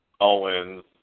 Owens